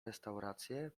restaurację